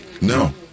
No